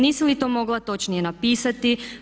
Nisi li to mogla točnije napisati?